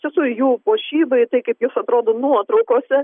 tiesų į jų puošybą į tai kaip jūs atrodo nuotraukose